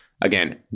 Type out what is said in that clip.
Again